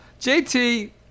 JT